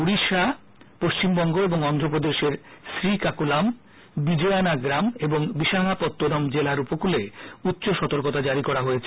উড়িষ্যা পশ্চিমবঙ্গ এবং অন্ধ্রপ্রদেশের শ্রীকাকুলাম বিজয়ানাগ্রাম এবং বিশাখাপত্তনম জেলার উপকলে উষ্চ সতর্কবার্তা জারি করা হয়েছে